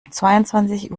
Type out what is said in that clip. zweiundzwanzig